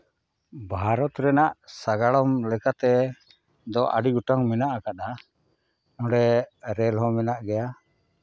ᱵᱷᱟᱨᱚᱛ ᱨᱮᱭᱟᱜ ᱥᱟᱸᱜᱟᱲᱚᱢ ᱞᱮᱠᱟᱛᱮ ᱫᱚ ᱟᱹᱰᱤ ᱜᱚᱴᱟᱝ ᱢᱮᱱᱟᱜ ᱟᱠᱟᱫᱟ ᱚᱸᱰᱮ ᱨᱮᱹᱞ ᱦᱚᱸ ᱢᱮᱱᱟᱜ ᱜᱮᱭᱟ